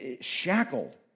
shackled